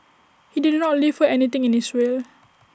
he did not leave her anything in his will